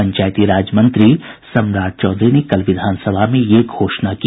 पंचायती राज मंत्री सम्राट चौधरी ने कल विधानसभा में यह घोषणा की